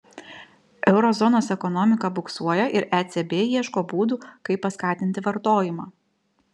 euro zonos ekonomika buksuoja ir ecb ieško būdų kaip paskatinti vartojimą